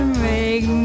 make